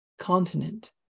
continent